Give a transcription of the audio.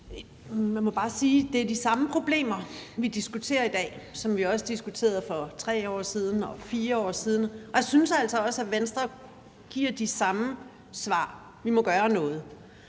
Man må bare sige, at det er de samme problemer, vi diskuterer i dag, som vi også diskuterede for 3 år siden og 4 år siden, og jeg synes altså også, at Venstre giver de samme svar: Vi må gøre noget.